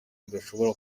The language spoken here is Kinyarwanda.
bidashobora